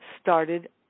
started